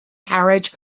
carriage